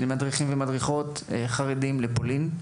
למדריכים ומדריכות חרדים לפולין.